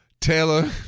Taylor